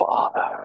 Father